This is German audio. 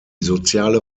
soziale